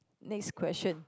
next question